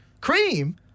Cream